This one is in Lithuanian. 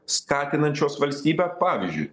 skatinančios valstybę pavyzdžiui